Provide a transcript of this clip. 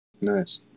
Nice